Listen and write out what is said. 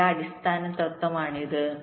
പിന്നിലെ അടിസ്ഥാന തത്വമാണിത്